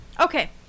Okay